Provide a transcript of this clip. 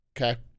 Okay